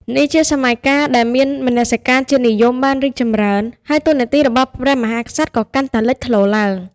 នេះជាសម័យកាលដែលមនសិការជាតិនិយមបានរីកចម្រើន ហើយតួនាទីរបស់ព្រះមហាក្សត្រក៏កាន់តែលេចធ្លោឡើង។